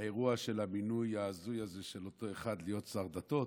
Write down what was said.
האירוע של המינוי ההזוי הזה של אותו אחד להיות שר דתות